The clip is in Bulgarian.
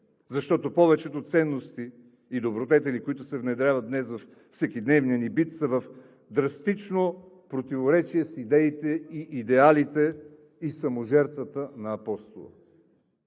защото повечето ценности и добродетели, които се внедряват днес във всекидневния ни бит, са в драстично противоречие с идеите, идеалите и саможертвата на Апостола.